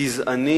גזעני